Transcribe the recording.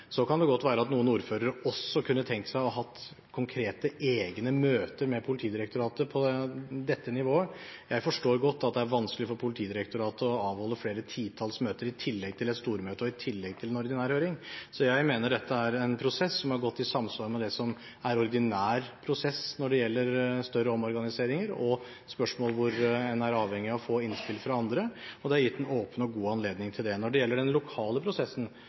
Så kan det godt være at noen ordførere også kunne tenkt seg å ha konkrete, egne møter med Politidirektoratet på dette nivået. Jeg forstår godt at det er vanskelig for Politidirektoratet å avholde flere titalls møter i tillegg til et stormøte og i tillegg til en ordinær høring, så jeg mener dette er en prosess som er godt i samsvar med det som er ordinær prosess når det gjelder større omorganiseringer og spørsmål hvor en er avhengig av å få innspill fra andre, og det er gitt en åpen og god anledning til det. Når det gjelder den lokale prosessen,